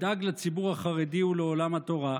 אדאג לציבור החרדי ולעולם התורה.